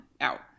out